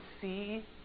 see